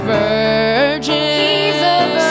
virgin